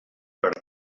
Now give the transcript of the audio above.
per